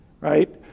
right